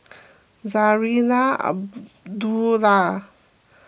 Zarinah Abdullah